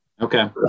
Okay